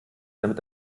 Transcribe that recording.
damit